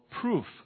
proof